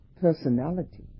personality